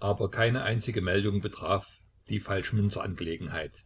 aber keine einzige meldung betraf die falschmünzerangelegenheit